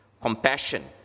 compassion